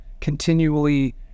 continually